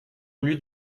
voulu